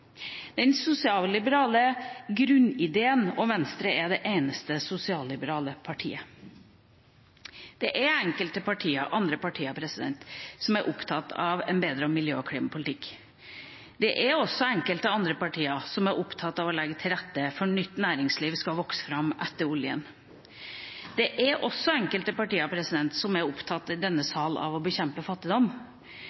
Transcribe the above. den sosialliberale grunnideen, og Venstre er det eneste sosialliberale partiet. Det er enkelte andre partier som er opptatt av en bedre miljø- og klimapolitikk. Det er også enkelte andre partier som er opptatt av å legge til rette for at nytt næringsliv skal vokse fram etter oljen. Det er også enkelte partier i denne salen som er opptatt